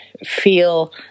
feel